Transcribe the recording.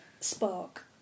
spark